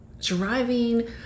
driving